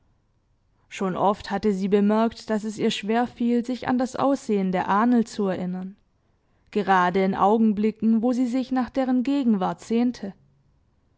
schon oft hatte sie bemerkt daß es ihr schwerfiel sich an das aussehen der ahnl zu erinnern gerade in augenblicken wo sie sich nach deren gegenwart sehnte